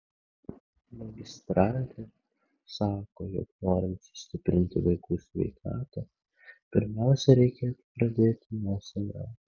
magistrantė sako jog norint sustiprinti vaikų sveikatą pirmiausia reikėtų pradėti nuo savęs